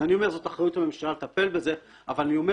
אני אומר שזאת אחריות הממשלה לטפל בזה אבל אני אומר